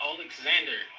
Alexander